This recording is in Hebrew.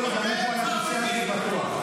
כל עוד אני פה אני אוציא על זה, בטוח.